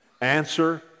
answer